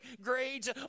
grades